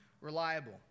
reliable